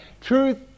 Truth